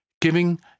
giving